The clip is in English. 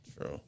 True